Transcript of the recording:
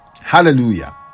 Hallelujah